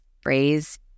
phrase